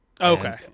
Okay